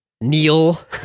Neil